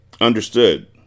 Understood